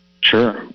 Sure